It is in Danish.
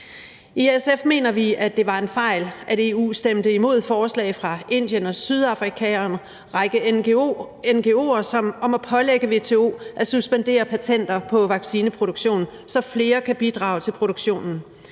I SF mener vi, det var en fejl, at EU stemte imod forslag fra Indien og Sydafrika og en række ngo'er om at pålægge WTO at suspendere patenter på vaccineproduktion, så flere kan bidrage til produktionen.